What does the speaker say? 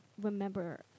remember